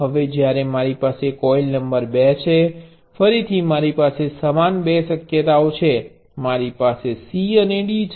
હવે જ્યારે મારી પાસે કોઇલ નંબર 2 છે ફરીથી મારી પાસે સમાન બે શક્યતાઓ છે મારી પાસે C અને D છે